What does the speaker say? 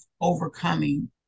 overcoming